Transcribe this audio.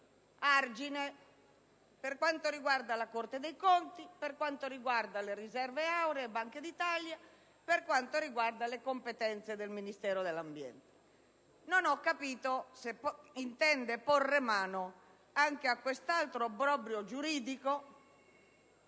Non ho però capito se intende porre mano anche a quest'altro obbrobrio giuridico